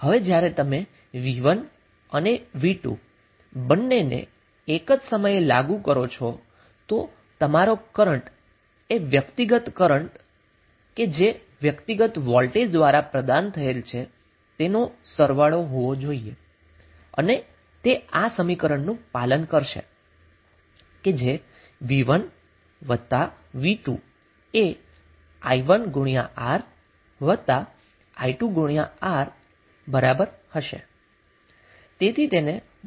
હવે જ્યારે તમે V1 અને V2 બંનેને એક જ સમયે લાગુ કરો તો તમારો કરન્ટ એ વ્યક્તિગત કરન્ટ જે વ્યક્તિગત વોલ્ટેજ દ્વારા પ્રદાન થયેલ છે તેનો સરવાળો હોવો જોઈએ અને તે આ સમીકરણનું પાલન કરશે જે V1 V2 એ i1R i2R ની બરાબર હશે